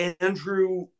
andrew